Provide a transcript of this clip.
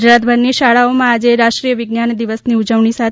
ગુજરાતભરની શાળાઓમાં આજે રાષ્ટ્રીય વિજ્ઞાન દિવસની ઉજવણી સાથે